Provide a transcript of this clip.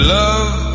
love